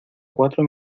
cuatro